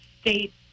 State